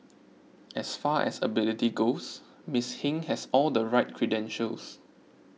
as far as ability goes Miss Hing has all the right credentials